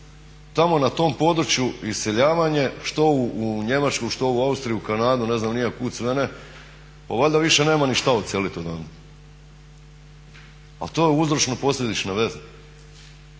tamo na tom području iseljavanje što u Njemačku, što u Austriju, Kanadu ne znam ni ja kud sve ne. Pa valjda više nema ni što odseliti odande. Ali to je uzročno posljedična veza.